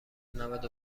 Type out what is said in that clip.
نود